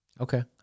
Okay